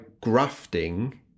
grafting